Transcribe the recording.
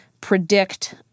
predict